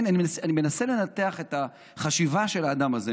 אני מנסה לנתח את החשיבה של האדם הזה,